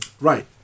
right